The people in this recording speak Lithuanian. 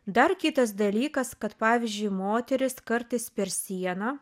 dar kitas dalykas kad pavyzdžiui moterys kartais per sieną